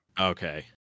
Okay